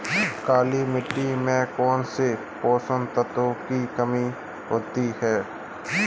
काली मिट्टी में कौनसे पोषक तत्वों की कमी होती है?